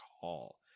call